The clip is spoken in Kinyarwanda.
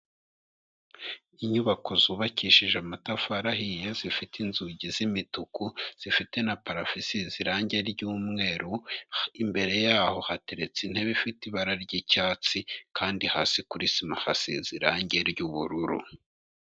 Inyubako zubakishije amatafari ahiye, zifite inzugi z'imituku, zifite na parafo isize irangi ry'umweru, imbere yaho hateretse intebe ifite ibara ry'icyatsi, kandi hasi kuri sima hasize irangi ry'ubururu.